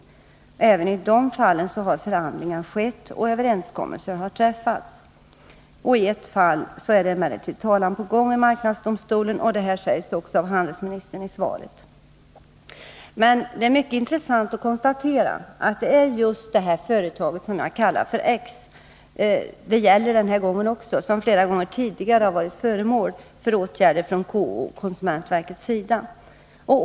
Även i de fallen har förhandlingar skett och överenskommelser träffats. Tett fall är emellertid talan på gång i marknadsdomstolen. Detta sägs också av handelsministern. Det är intressant att konstatera att det gäller just företaget X, som flera gånger tidigare varit föremål för åtgärder från KO:s och konsumentverkets sida.